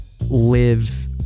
live